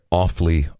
awfully